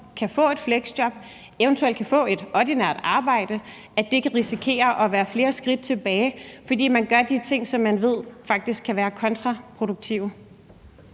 kan få et fleksjob, eventuelt kan få et ordinært arbejde, flere skridt tilbage, fordi man gør de ting, som man ved faktisk kan være kontraproduktive?